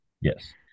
yes